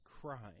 crying